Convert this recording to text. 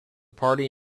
party